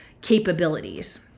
capabilities